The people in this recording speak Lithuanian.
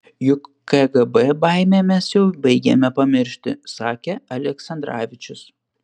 juk kgb baimę mes jau baigiame pamiršti sakė aleksandravičius